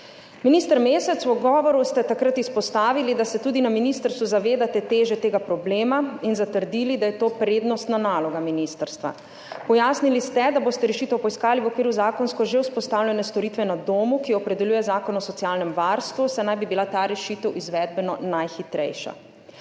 Minister Mesec, v odgovoru ste takrat izpostavili, da se tudi na ministrstvu zavedate teže tega problema, in zatrdili, da je to prednostna naloga ministrstva. Pojasnili ste, da boste rešitev poiskali v okviru zakonsko že vzpostavljene storitve na domu, ki jo opredeljuje Zakon o socialnem varstvu, saj naj bi bila ta rešitev izvedbeno najhitrejša.